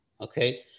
Okay